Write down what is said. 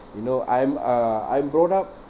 you know I'm uh I'm brought up